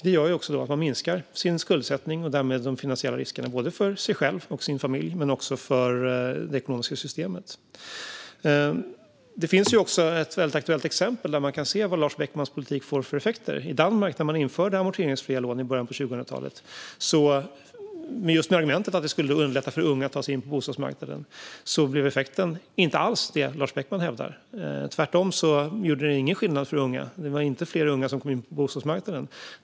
Det gör att man minskar sin skuldsättning och därmed de finansiella riskerna för en själv och ens familj men också för det ekonomiska systemet. Det finns också ett väldigt aktuellt exempel där man kan se vad Lars Beckmans politik får för effekter. I Danmark, där man införde amorteringsfria lån i början av 2000-talet med argumentet att det skulle underlätta för unga att ta sig in på bostadsmarknaden, blev effekten inte alls den som Lars Beckman hävdar. Tvärtom gjorde det ingen skillnad för unga. Det var inte fler unga som kom ut på bostadsmarknaden.